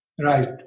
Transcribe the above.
Right